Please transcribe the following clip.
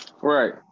Right